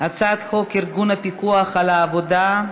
הצעת חוק ארגון הפיקוח על העבודה (תיקון).